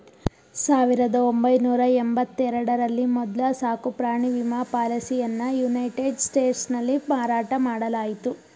ಸಾವಿರದ ಒಂಬೈನೂರ ಎಂಬತ್ತ ಎರಡ ರಲ್ಲಿ ಮೊದ್ಲ ಸಾಕುಪ್ರಾಣಿ ವಿಮಾ ಪಾಲಿಸಿಯನ್ನಯುನೈಟೆಡ್ ಸ್ಟೇಟ್ಸ್ನಲ್ಲಿ ಮಾರಾಟ ಮಾಡಲಾಯಿತು